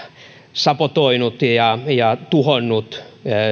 sabotoinut ja ja tuhonnut